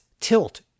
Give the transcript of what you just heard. tilt